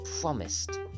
promised